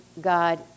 God